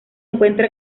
encuentra